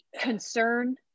concern